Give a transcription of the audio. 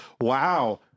wow